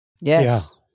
Yes